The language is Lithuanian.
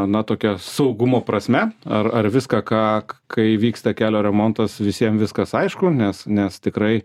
na tokia saugumo prasme ar ar viską ką k kai vyksta kelio remontas visiem viskas aišku nes nes tikrai